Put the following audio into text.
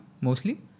mostly